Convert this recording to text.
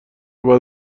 بعد